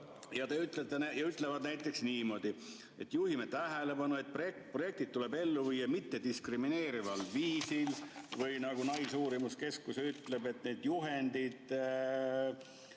Nad ütlevad niimoodi, et me juhime tähelepanu, et projektid tuleb ellu viia mittediskrimineerival viisil, või nagu naisuurimuskeskus ütleb, et nende juhendite